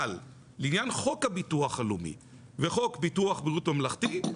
אבל לעניין חוק הביטוח הלאומי וחוק ביטוח בריאות ממלכתי,